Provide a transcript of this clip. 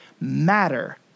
Matter